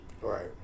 Right